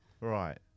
Right